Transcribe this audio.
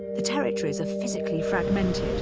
the territories are physically fragmented,